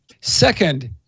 Second